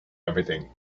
everything